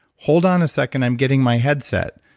hold on a second, i'm getting my headset.